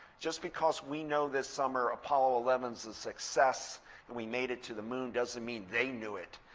just because we know this summer apollo eleven success and we made it to the moon doesn't mean they knew it.